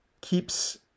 keeps